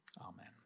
amen